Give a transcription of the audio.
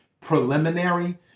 preliminary